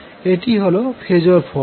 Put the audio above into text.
এটি হল phasor form